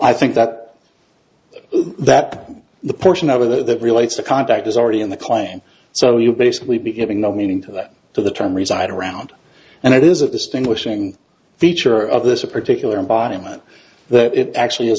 i think that that the portion of that relates to contact is already in the client so you basically be giving the meaning to that to the term reside around and it is a distinguishing feature of this particular environment that it actually is